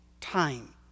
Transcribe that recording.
time